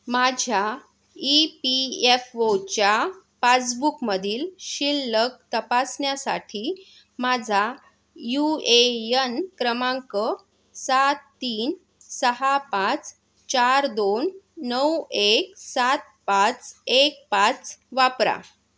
माझ्या E P F ओच्या पासबुकमधील शिल्लक तपासण्यासाठी माझा यू ए यन क्रमांक सात तीन सहा पाच चार दोन नऊ एक सात पाच एक पाच वापरा